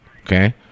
okay